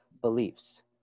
beliefs